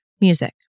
music